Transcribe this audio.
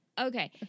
Okay